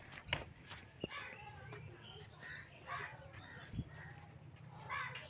फसल के लिए सबसे बढ़िया दबाइ कौन होते?